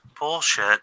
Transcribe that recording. bullshit